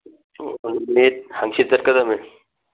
ꯅꯨꯃꯤꯠ ꯍꯥꯡꯆꯤꯠ ꯆꯠꯀꯗꯝꯅꯤ